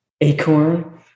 acorn